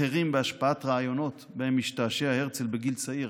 אחרים בהשפעת רעיונות שבהם השתעשע הרצל בגיל צעיר,